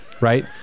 right